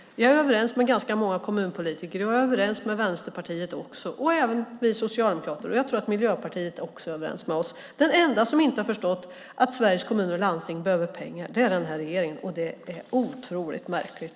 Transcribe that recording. Jag är överens med ganska många kommunpolitiker, och jag är överens med Vänsterpartiet. Jag tror att Miljöpartiet också är överens med oss. De enda som inte har förstått att Sveriges Kommuner och Landsting behöver pengar är den här regeringen. Det är otroligt märkligt.